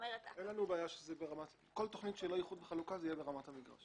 זה בדיוק אותו תפר שממש לא ברור מאליו.